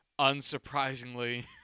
unsurprisingly